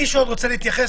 עוד מישהו רוצה להתייחס?